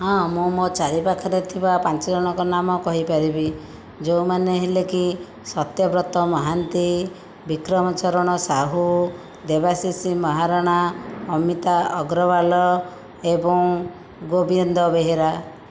ହଁ ମୁଁ ମୋ ଚାରି ପାଖରେ ଥିବା ପାଞ୍ଚ ଜଣଙ୍କ ନାମ କହିପାରିବି ଯେଉଁମାନେ ହେଲେକି ସତ୍ୟବ୍ରତ ମହାନ୍ତି ବିକ୍ରମ ଚରଣ ସାହୁ ଦେବାଶିଷି ମହାରଣା ଅମିତା ଅଗ୍ରୱାଲ ଏବଂ ଗୋବିନ୍ଦ ବେହେରା